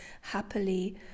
happily